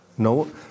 No